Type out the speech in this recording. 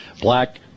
Black